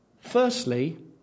Firstly